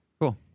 Cool